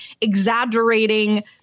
exaggerating